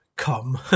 Come